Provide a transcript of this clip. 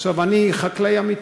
אני חקלאי אמיתי,